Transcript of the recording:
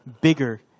bigger